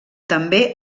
també